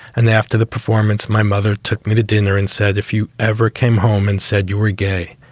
and then after the performance, my mother took me to dinner and said, if you ever came home and said you were gay,